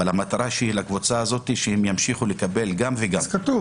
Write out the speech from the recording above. אבל המטרה של הקבוצה הזאת שהם ימשיכו לקבל גם וגם.